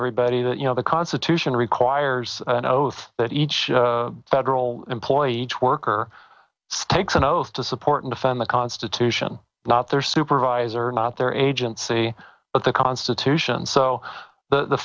everybody that you know the constitution requires an oath that each federal employee twork or takes an oath to support and defend the constitution not their supervisor not their agency but the constitution so the